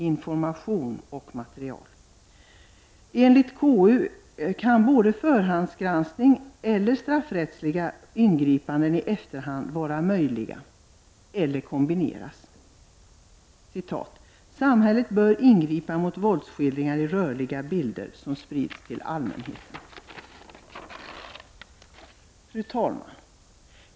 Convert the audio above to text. Enligt konstitutionsutskottet kan förhandsgranskning eller straffrättsliga ingripanden i efterhand vara möjliga, och de kan också kombineras. Konstitutionsutskottet skriver: ”Enligt utskottets mening bör samhället även i fortsättningen ingripa mot våldsskildringar i rörliga bilder som sprids till allmänheten.” Fru talman!